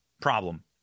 problem